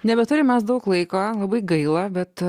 nebeturime mes daug laiko labai gaila bet